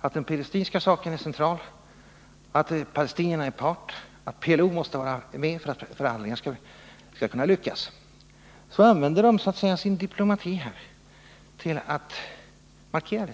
att den palestinska saken är central och att palestinierna är part, att PLO måste vara med för att förhandlingarna skall kunna lyckas, använder de sin diplomati till att markera detta.